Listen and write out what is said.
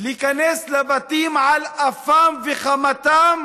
להיכנס לבתים, על אפם ועל חמתם